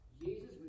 Jesus